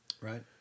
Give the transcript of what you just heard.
right